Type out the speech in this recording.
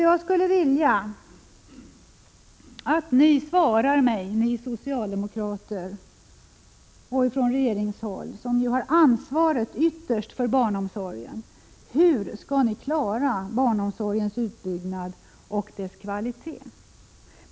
Jag skulle vilja att ni socialdemokrater, som ändå har ansvaret för barnomsorgen, svarar mig hur ni skall klara av barnomsorgens utbyggnad och dess kvalitet.